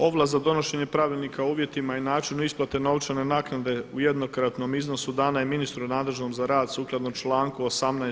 Ovlast za donošenje pravilnika o uvjetima i načinu isplate novčane naknade u jednokratnom iznosu dana je ministru nadležnom za rad sukladno članku 18.